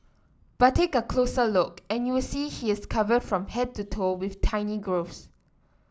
but take a closer look and you will see he is covered from head to toe with tiny growths